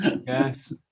Yes